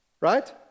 right